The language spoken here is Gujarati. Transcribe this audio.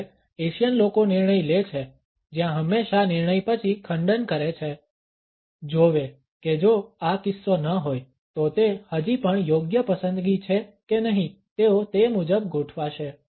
જ્યારે એશિયન લોકો નિર્ણય લે છે જ્યા હંમેશા નિર્ણય પછી ખંડન કરે છે જોવે કે જો આ કિસ્સો ન હોય તો તે હજી પણ યોગ્ય પસંદગી છે કે નહીં તેઓ તે મુજબ ગોઠવાશે